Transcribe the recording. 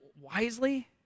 wisely